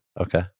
Okay